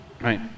Right